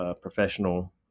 professional